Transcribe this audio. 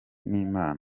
n’imana